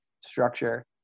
structure